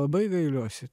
labai gailiuosi